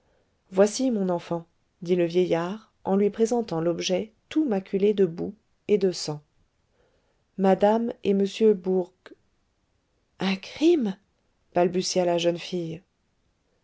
voici mon enfant dit le vieillard en lui présentant l'objet tout maculé de boue et de sang mme et m bourg un crime balbutia la jeune fille